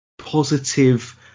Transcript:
positive